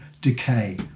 decay